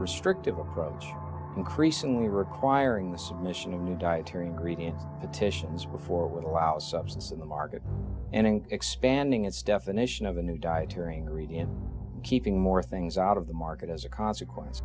restrictive approach increasingly requiring the submission of new dietary ingredients petitions before would allow substance in the market and in expanding its definition of the new diet touring reading keeping more things out of the market as a consequence